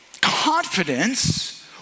confidence